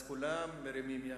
אז כולם מרימים יד,